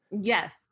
Yes